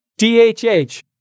DHH